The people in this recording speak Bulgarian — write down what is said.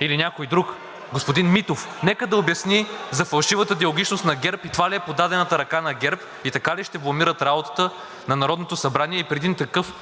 или някой друг, господин Митов, нека да обясни за фалшивата диалогичност на ГЕРБ. Това ли е подадената ръка на ГЕРБ и така ли ще бламират работата на Народното събрание при един такъв –